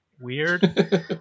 weird